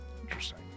Interesting